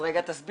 אז רגע תסבירו,